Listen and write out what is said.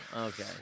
okay